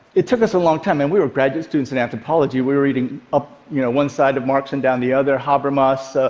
it took us a long time, and we were graduate students in anthropology. we were reading up you know one side of marx and down the other. habermas.